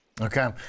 Okay